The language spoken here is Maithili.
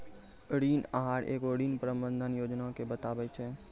ऋण आहार एगो ऋण प्रबंधन योजना के बताबै छै